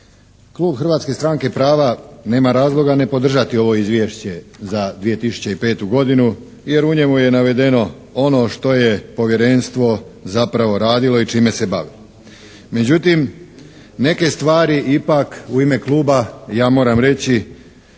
Klub Hrvatske stranke prava nema razloga ne podržati ovo Izvješće za 2005. godinu jer u njemu je navedeno ono što je povjerenstvo zapravo radilo i čime se bavi. Međutim, neke stvari ipak u ime kluba ja moram reći